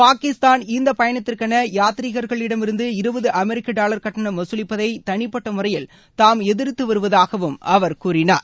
பாகிஸ்தான் இந்த பயணத்திற்கென யாத்ரீகர்களிடமிருந்து இருபது அமெரிக்க டாவர் கட்டணம் வசூலிப்பதை தனிப்பட்ட முறையில் தாம் எதிர்த்து வருவதாகவும் அவர் கூறினார்